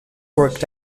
worked